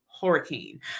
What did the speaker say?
Hurricane